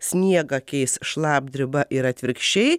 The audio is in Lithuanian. sniegą keis šlapdriba ir atvirkščiai